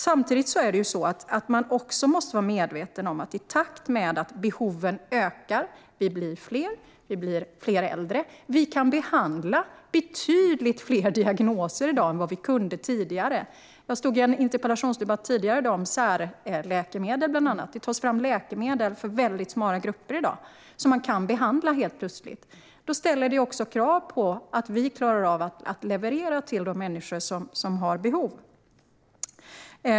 Man måste också vara medveten om att vi i takt med att behoven ökar - vi blir fler och vi blir fler äldre - kan behandla betydligt fler diagnoser i dag än vad vi kunde tidigare. Jag hade en interpellationsdebatt tidigare i dag om bland annat särläkemedel. Det tas fram läkemedel för väldigt smala grupper i dag, som man helt plötsligt kan behandla. Detta ställer krav på att vi klarar av att leverera till de människor som har behov.